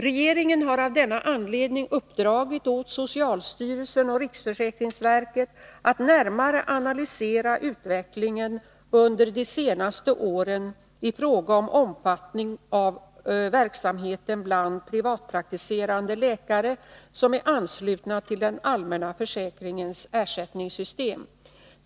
Regeringen har av denna anledning uppdragit åt socialstyrelsen och riksförsäkringsverket att närmare analysera utvecklingen under de senaste åren i fråga om omfattning av verksamheten bland privatpraktiserande läkare som är anslutna till den allmänna försäkringens ersättningssystem.